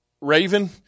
Raven